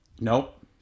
nope